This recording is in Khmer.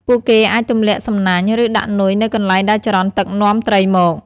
ពួកគេអាចទម្លាក់សំណាញ់ ឬដាក់នុយនៅកន្លែងដែលចរន្តទឹកនាំត្រីមក។